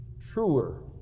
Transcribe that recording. truer